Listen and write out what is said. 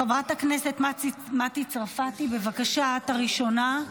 חברת הכנסת מטי צרפתי, בבקשה, את הראשונה.